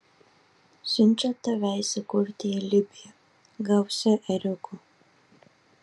siunčia tave įsikurti į libiją gausią ėriukų